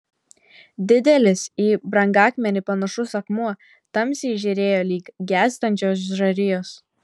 didelis į brangakmenį panašus akmuo tamsiai žėrėjo lyg gęstančios žarijos